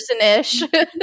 person-ish